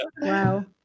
Wow